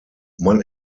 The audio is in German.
man